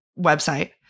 website